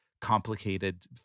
complicated